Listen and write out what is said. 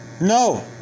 No